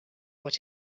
what